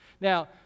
Now